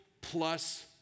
plus